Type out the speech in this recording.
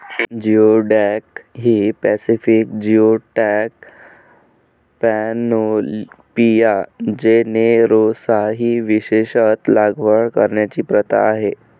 geoduck ही Pacific geoduck, पॅनोपिया जेनेरोसा ही विशेषत लागवड करण्याची प्रथा आहे